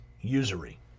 usury